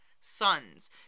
sons